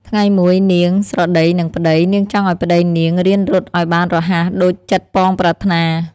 ថ្ងៃមួយ នាងស្រដីនឹងប្តី នាងចង់ឱ្យប្តីនាងរៀនរត់ឱ្យបានរហ័សដូចចិត្តប៉ងប្រាថ្នា។